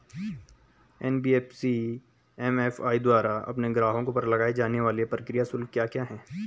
NBFC MFI द्वारा अपने ग्राहकों पर लगाए जाने वाले प्रक्रिया शुल्क क्या क्या हैं?